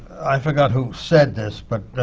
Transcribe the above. i forgot who said this, but